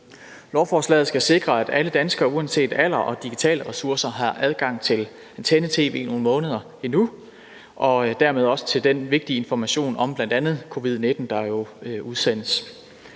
Lovforslaget skal sikre, at alle danskere uanset alder og digitale ressourcer har adgang til antenne-tv nogle måneder endnu og dermed også til den vigtige information om bl.a. covid-19, der jo udsendes.